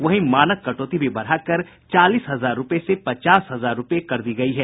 वहीं मानक कटौती भी बढ़ाकर चालीस हजार रूपये से पचास हजार रुपये की गई है